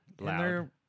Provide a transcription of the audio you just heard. Loud